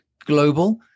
global